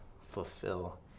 fulfill